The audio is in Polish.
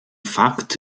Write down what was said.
fakt